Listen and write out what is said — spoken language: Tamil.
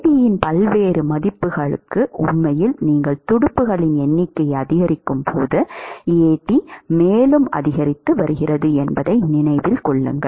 At இன் பல்வேறு மதிப்புகளுக்கு உண்மையில் நீங்கள் துடுப்புகளின் எண்ணிக்கையை அதிகரிக்கும்போது At மேலும் அதிகரித்து வருகிறது என்பதை நினைவில் கொள்ளுங்கள்